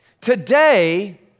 Today